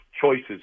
choices